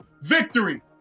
victory